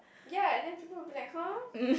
ya and then people would be like !huh!